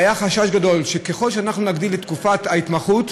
היה חשש גדול שככל שאנחנו נאריך את תקופת ההתמחות,